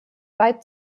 weit